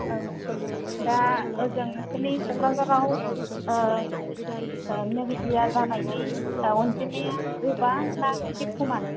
दा ओजों नोंसोरनि क'क्राझाराव मेलेरिया जानायनि अन्जिमाया गोबां ना एसे समान